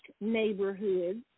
neighborhoods